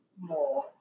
more